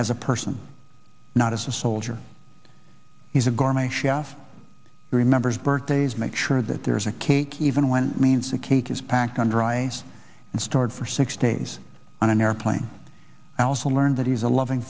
as a person not as a soldier he's a gourmet chef remembers birthdays make sure that there's a cake even when means the cake is packed on dry ice and stored for six days on an airplane i also learned that he's a loving